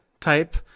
type